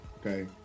Okay